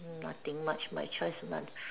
nothing much my choice month